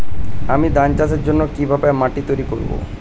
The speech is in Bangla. আমি ধান চাষের জন্য কি ভাবে মাটি তৈরী করব?